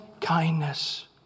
Kindness